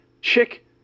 chick